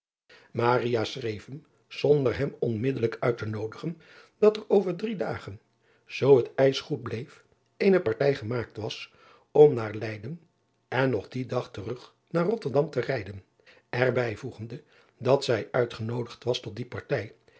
schreef hem zonder hem onmiddelijk uit te noodigen dat er over drie dagen zoo het ijs goed bleef eene partij gemaakt was om naar eyden en nog dien dag terug naar otterdam te rijden er bijvoegende dat zij uitgenoodigd was tot die partij